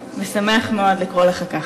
משמח מאוד לקרוא לך כך.